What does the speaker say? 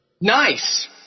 Nice